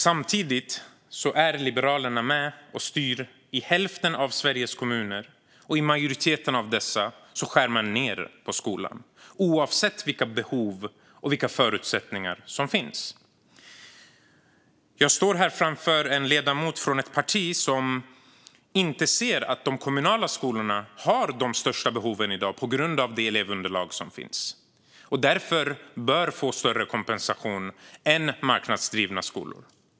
Samtidigt är Liberalerna med och styr i hälften av Sveriges kommuner, och i majoriteten av dessa skär man ned på skolan, oavsett vilka behov och förutsättningar som finns. Jag står här framför en ledamot från ett parti som inte ser att de kommunala skolorna har de största behoven i dag på grund av det elevunderlag som finns och att de därför bör få större kompensation än marknadsdrivna skolor.